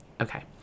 Okay